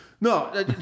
No